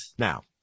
Now